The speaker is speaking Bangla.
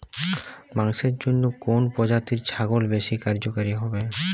মাংসের জন্য কোন প্রজাতির ছাগল বেশি কার্যকরী হবে?